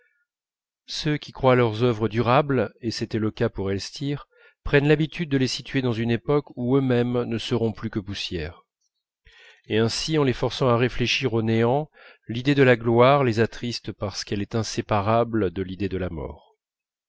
ceux qui croient leurs œuvres durables et c'était le cas pour elstir prennent l'habitude de les situer dans une époque où eux-mêmes ne seront plus que poussière et ainsi en les forçant à réfléchir au néant l'idée de la gloire les attriste parce qu'elle est inséparable de l'idée de la mort